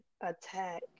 attack